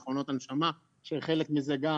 מכונות הנשמה שהן חלק מזה גם,